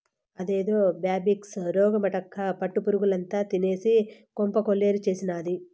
అదేదో బ్యాంబిక్స్ రోగమటక్కా పట్టు పురుగుల్నంతా తినేసి కొంప కొల్లేరు చేసినాది